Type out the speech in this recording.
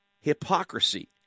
hypocrisy